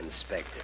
Inspector